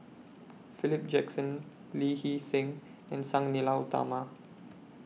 Philip Jackson Lee Hee Seng and Sang Nila Utama